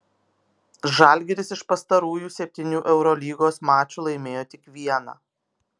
žalgiris iš pastarųjų septynių eurolygos mačų laimėjo tik vieną